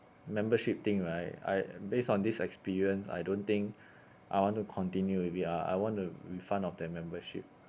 membership thing right I based on this experience I don't think I want to continue with it ah I want the refund of that membership